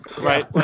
right